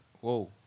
Whoa